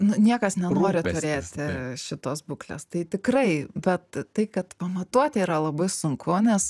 nu niekas nenori turėti šitos būklės tai tikrai bet tai kad pamatuoti yra labai sunku nes